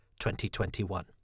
2021